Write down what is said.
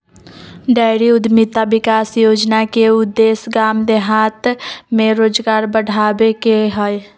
dairy उद्यमिता विकास योजना के उद्देश्य गाम देहात में रोजगार बढ़ाबे के हइ